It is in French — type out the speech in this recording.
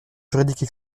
juridique